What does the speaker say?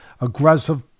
aggressive